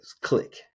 click